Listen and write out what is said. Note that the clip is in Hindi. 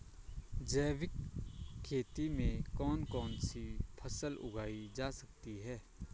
जैविक खेती में कौन कौन सी फसल उगाई जा सकती है?